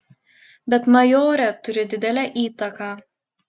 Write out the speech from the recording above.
bet majorė turi didelę įtaką